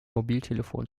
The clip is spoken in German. mobiltelefon